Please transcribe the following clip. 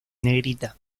negrita